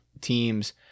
teams